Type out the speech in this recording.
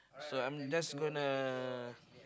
so I'm just gonna